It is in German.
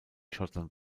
schottland